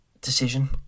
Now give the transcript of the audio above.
decision